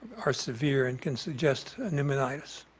are severe and can suggest pneumonitis.